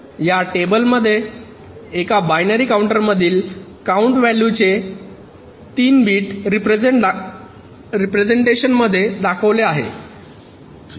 या टेबलमध्ये एका बायनरी काउंटरमधील काउंट व्हॅलूचे 3 बीट रेप्रेझेन्टेशन दाखवले आहे